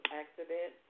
accident